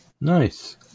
Nice